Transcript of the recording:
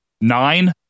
nine